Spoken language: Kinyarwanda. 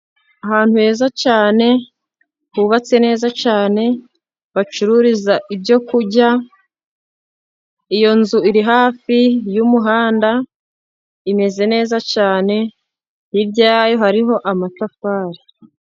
Ahantu heza cyane hubatse neza cyane bacururiza ibyoku kurya. Iyo nzu iri hafi y'umuhanda imeze neza cyane hirya yayo hariho amatafari.